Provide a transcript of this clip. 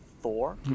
thor